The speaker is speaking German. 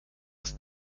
das